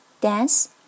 dance